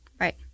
Right